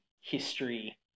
history